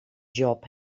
job